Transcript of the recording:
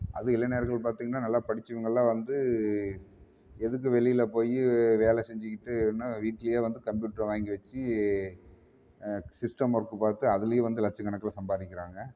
அதுவும் இளைஞர்கள் பார்த்திங்கனா நல்லா படித்து இவங்கள்லாம் வந்து எதுக்கு வெளியில் போய் வேலை செஞ்சுக்கிட்டுனு வீட்லேயே வந்து கம்ப்யூட்டரை வாங்கி வெச்சு சிஸ்டம் ஒர்க்கு பார்த்து அதுலேயே வந்து லட்சக் கணக்கில் சம்பாதிக்கிறாங்க